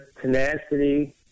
tenacity